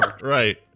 Right